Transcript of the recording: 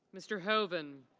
mr. hoven.